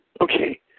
okay